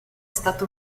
stato